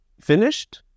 finished